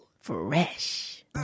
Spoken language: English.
Fresh